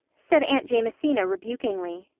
said aunt jamesina rebukingly.